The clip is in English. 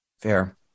Fair